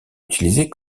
utilisés